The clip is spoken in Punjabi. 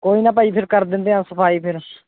ਕੋਈ ਨਾ ਭਾਅ ਜੀ ਫਿਰ ਕਰ ਦਿੰਦੇ ਹਾਂ ਸਫਾਈ ਫਿਰ